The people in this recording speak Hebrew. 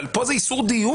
אבל פה זה איסור דיון.